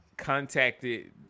Contacted